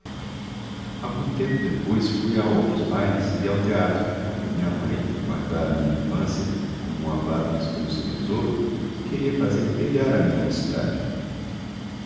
anos algum tempo depois fui a outros bailes e ao teatro porque minha mãe que guardara a minha infância como um avaro esconde o seu tesouro queria fazer brilhar a minha mocidade